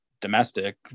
domestic